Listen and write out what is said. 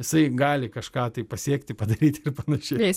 jisai gali kažką tai pasiekti padaryti ir panašiai